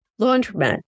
laundromat